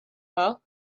well